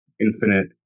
infinite